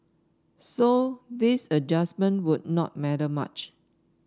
so this adjustment would not matter much